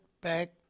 back